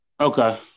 Okay